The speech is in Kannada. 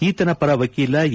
ಈತನ ಪರ ವಕೀಲ ಎ